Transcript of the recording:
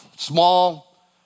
Small